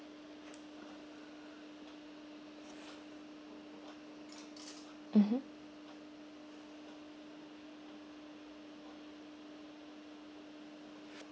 mmhmm